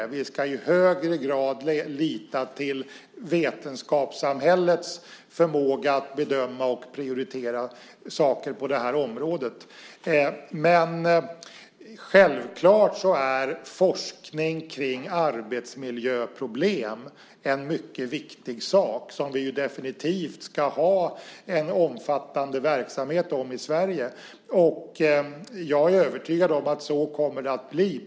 Vi ska i högre grad lita till vetenskapssamhällets förmåga att bedöma och prioritera saker på det här området. Självfallet är forskning om arbetsmiljöproblem en mycket viktig sak, där verksamheten i Sverige definitivt ska vara omfattande. Jag är övertygad om att det kommer att bli så också.